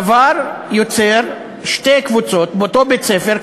הדבר יוצר שתי קבוצות באותו בית-ספר,